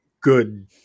good